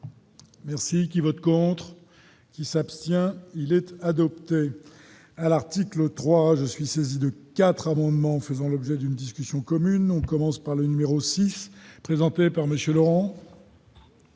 Merci qui vote contre qui s'abstient, il était adopté, à l'article 3 je suis saisi de 4 amendements faisant l'objet d'une discussion commune, on commence par le numéro 6 présenté par monsieur Laurent.